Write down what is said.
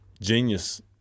genius